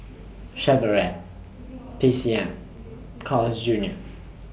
Chevrolet T C M Carl's Junior